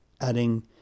adding